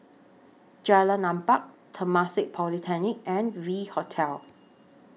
Jalan Empat Temasek Polytechnic and V Hotel